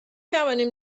توانیم